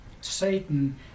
satan